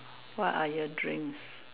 what are your dreams